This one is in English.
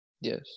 yes